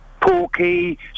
Porky